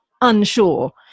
unsure